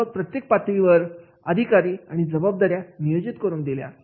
आणि मग प्रत्येक पातळीवर अधिकार आणि जबाबदाऱ्या नियोजित करून दिल्या